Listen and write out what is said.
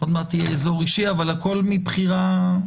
עוד מעט יהיה אזור אישי אבל הכל מבחירה שלנו.